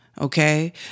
Okay